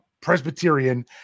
Presbyterian